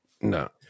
No